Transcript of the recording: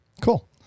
Cool